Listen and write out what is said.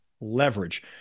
leverage